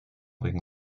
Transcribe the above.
wegen